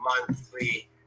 monthly